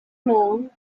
known